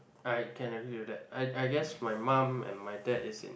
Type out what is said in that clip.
I can agree do that I I guess my mum and my dad is in